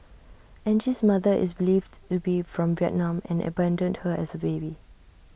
Angie's mother is believed to be from Vietnam and abandoned her as A baby